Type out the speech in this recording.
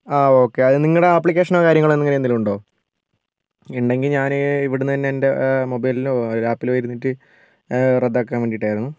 ആ ഓക്കേ അത് നിങ്ങളുടെ ആപ്ലിക്കേഷനോ കാര്യങ്ങളോ അങ്ങനെ എന്തെങ്കിലും ഉണ്ടോ ഉണ്ടെങ്കിൽ ഞാൻ ഇവടിന്നനെ എൻ്റെ മൊബൈലിലോ ലാപ്പിലോ ഇരുന്നിട്ട് റദ്ദാക്കാൻ വേണ്ടീട്ടായിരുന്നു